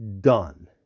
done